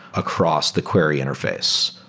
across the query interface.